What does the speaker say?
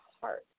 heart